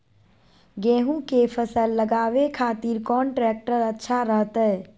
गेहूं के फसल लगावे खातिर कौन ट्रेक्टर अच्छा रहतय?